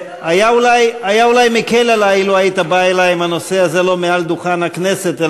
היה אולי מקל עלי לו היית בא אלי עם הנושא הזה לא מעל דוכן הכנסת,